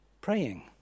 praying